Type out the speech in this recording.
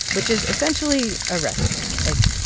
which is essentially a recipe. like,